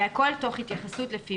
והכול תוך התייחסות לפי